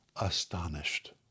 astonished